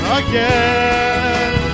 again